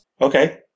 Okay